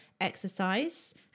exercise